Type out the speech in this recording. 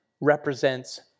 represents